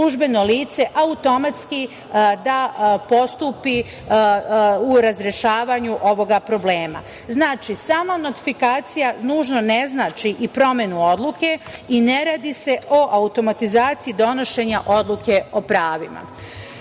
službeno lice automatski da postupi u razrešavanju ovoga problema. Znači, sama notifikacija nužno ne znači i promenu odluke i ne radi se o automatizaciji donošenja odluke o pravima. Registar